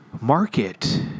market